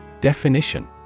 Definition